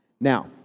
Now